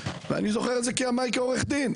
ואני זוכר את זה מימיי כעורך דין,